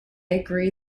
agree